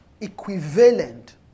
equivalent